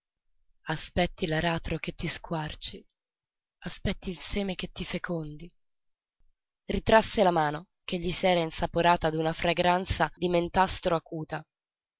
capelli aspetti l'aratro che ti squarci aspetti il seme che ti fecondi ritrasse la mano che gli s'era insaporata d'una fragranza di mentastro acuta